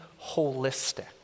holistic